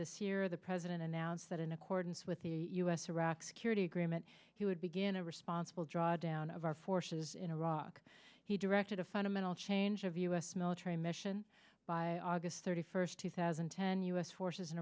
this year the president announced that in accordance with the u s iraq security agreement he would begin a responsible drawdown of our forces in iraq he directed a fundamental change of u s military mission by august thirty first two thousand and ten u s forces in